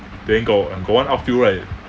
then got got one outfield right